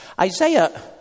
Isaiah